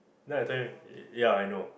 then I tell him ya I know